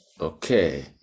Okay